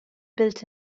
built